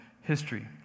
history